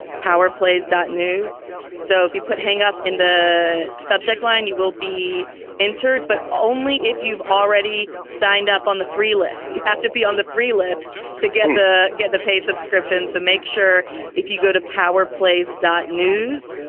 power plays dot news so if you put hang-up in the subject line, you will be entered, but only if you've already signed up on the free list. you have to be on the free list to get the get the paid subscriptions so make sure if you go to power plays dot news.